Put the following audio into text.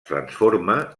transforma